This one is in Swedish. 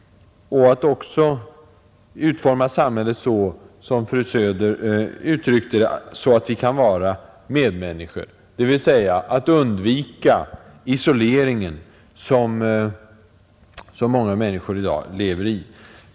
Vi bör också utforma samhället så att vi, som fru Söder uttryckte det, kan vara medmänniskor, dvs. undvika den isolering, som många i dag lever i.